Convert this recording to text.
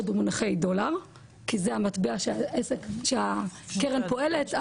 במונחי דולר כי זה המטבע שהקרן פועלת,